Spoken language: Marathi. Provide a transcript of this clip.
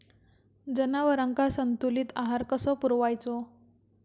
जनावरांका संतुलित आहार कसो पुरवायचो?